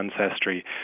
ancestry